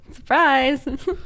surprise